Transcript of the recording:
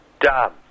Done